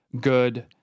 good